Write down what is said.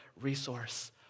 resource